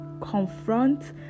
confront